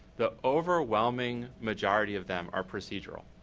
the overwhelming majority of them are procedural.